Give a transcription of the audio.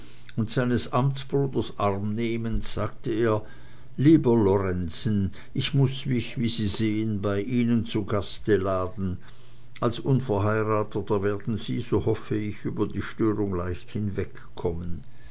seines amtsbruders arm nehmend sagte er lieber lorenzen ich muß mich wie sie sehen bei ihnen zu gaste laden als unverheirateter werden sie so hoffe ich über die störung leicht hinwegkommen